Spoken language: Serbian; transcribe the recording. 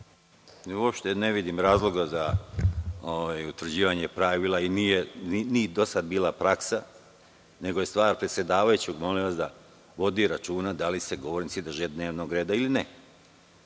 Uopšte ne vidim razloga za utvrđivanje pravila i nije ni do sada bila praksa, nego je stvar predsedavajućeg da vodi računa da li se govornici drže dnevnog reda ili ne,